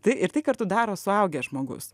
tai ir tai kartu daro suaugęs žmogus